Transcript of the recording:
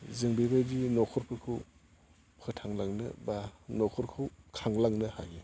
जों बेबायदिनो न'खरखौ फोथांलांनो बा न'खरखौ खांलांनो हायो